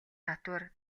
татвар